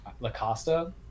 LaCosta